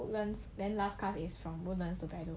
woodlands then last class is from woodlands to braddell